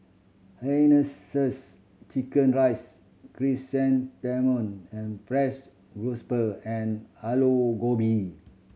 hainanese chicken rice chrysanthemum and frieds and Aloo Gobi